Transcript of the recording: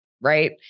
right